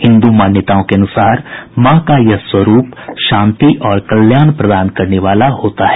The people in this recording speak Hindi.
हिन्दू मान्यताओं के अनुसार माँ का यह स्वरूप शांति और कल्याण प्रदान करने वाला होता है